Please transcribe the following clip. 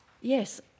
Yes